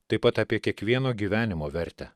taip pat apie kiekvieno gyvenimo vertę